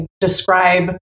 Describe